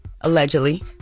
allegedly